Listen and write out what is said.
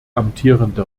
amtierende